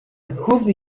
whose